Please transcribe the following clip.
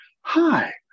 Hi